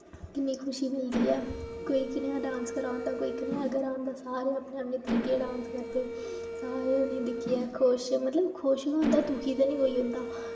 किन्नी खुशी मिलदी ऐ कोई कनैहा डांस करा दा होंदा कोई कनैहा डांस करा दा होंदा सारे अपने अपने तरीके डांस करदे सारे उनें दिक्खिये खुश मतलब खुश गै होंदा दुक्खी ते निं कोई होंदा